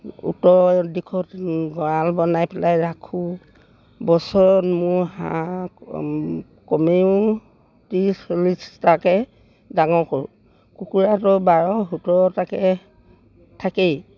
উত্তৰ দিশত গড়াল বনাই পেলাই ৰাখোঁ বছৰত মোৰ হাঁহ কমেও ত্ৰিছ চল্লিছটাকৈ ডাঙৰ কৰোঁ কুকুৰাটো বাৰ সোতৰটাকৈ থাকেই